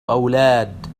أولاد